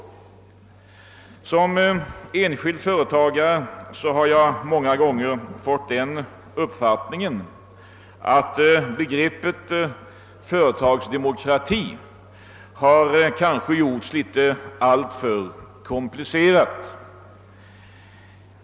Som enskild företagare har jag många gånger fått den uppfattningen att begreppet företagsdemokrati har gjorts alltför komplicerat.